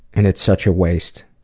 and it's such a waste,